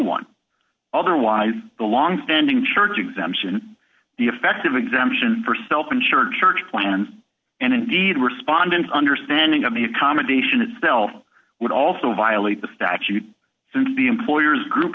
one otherwise the long standing church exemption the effective exemption for self insured church plans and indeed respondent understanding of the accommodation itself would also violate the statute since the employer's group